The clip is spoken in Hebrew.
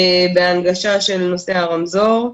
בהנגשה של נושא הרמזור,